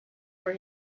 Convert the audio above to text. for